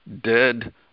dead